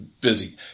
busy